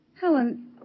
Helen